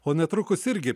o netrukus irgi